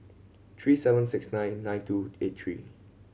three seven six nine nine two eight three